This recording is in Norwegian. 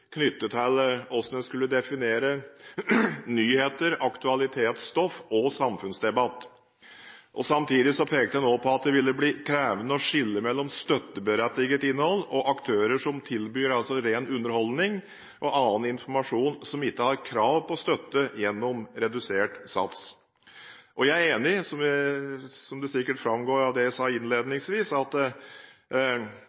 knyttet til hvordan man skulle definere nyheter, aktualitetsstoff og samfunnsdebatt. Samtidig pekte man også på at det ville bli krevende å skille mellom støtteberettiget innhold og aktører som tilbyr ren underholdning og annen informasjon, og som ikke har krav på støtte gjennom redusert sats. Jeg er enig i, som det sikkert framgår av det jeg sa